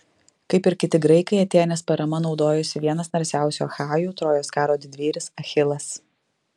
kaip ir kiti graikai atėnės parama naudojosi vienas narsiausių achajų trojos karo didvyris achilas